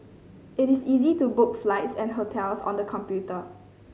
it is easy to book flights and hotels on the computer